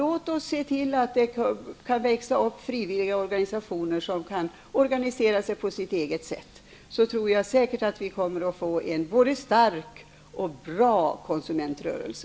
Låt oss se till att det kan växa upp frivilliga organisationer, och som kan organisera sig på sitt eget sätt. Då tror jag att vi kan få en både stark och bra konsumentrörelse.